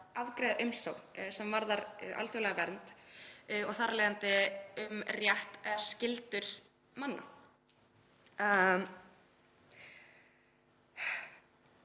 afgreiða umsögn sem varðar alþjóðlega vernd og þar af leiðandi um rétt eða skyldur manna.